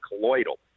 Colloidal